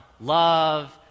love